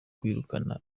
kwirukana